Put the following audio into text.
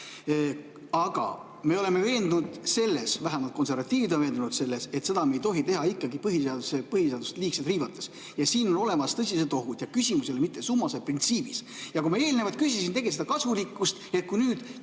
Aga me oleme veendunud selles, vähemalt konservatiivid on veendunud selles, et seda me ei tohi teha ikkagi põhiseadust liigselt riivates. Siin on olemas tõsised ohud ja küsimus ei ole mitte summas, vaid printsiibis. Ma eelnevalt küsisin teie käest kasulikkuse kohta,